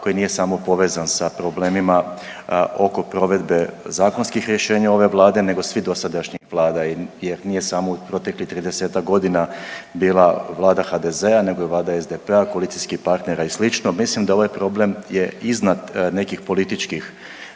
koji nije samo povezan sa problemima oko provedbe zakonskih rješenja ove Vlade nego svih dosadašnjih Vlada jer nije samo u proteklih 30-ak godina bila Vlada HDZ-a nego i Vlada SDP-a, koalicijskih partnera i slično. Mislim da ovaj problem je iznad nekih političkih